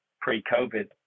pre-COVID